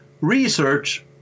research